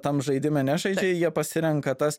tam žaidime nežaidžia jie pasirenka tas